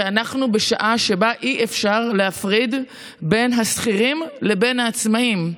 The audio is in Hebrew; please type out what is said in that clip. שאנחנו בשעה שבה אי-אפשר להפריד בין השכירים לבין העצמאים.